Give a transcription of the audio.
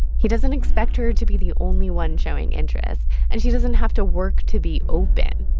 he doesn't expect her to be the only one showing interest. and she doesn't have to work to be open.